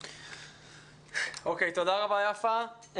אוקיי, תודה רבה, יפה.